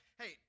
hey